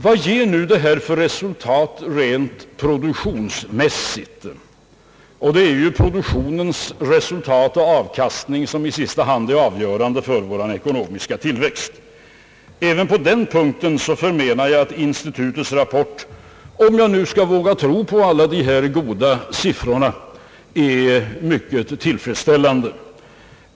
Vad ger nu detta för resultat rent produktionsmässigt? Det är ju produktionens resultat och avkastning som i sista hand är avgörande för vår ekonomiska tillväxt. även på den punkten förmenar jag att institutets rapport, om jag nu skall våga tro på alla de här goda siffrorna, är mycket tillfredsställande.